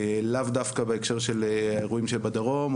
לאו דווקא בהקשר של האירועים שבדרום,